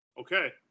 Okay